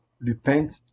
repent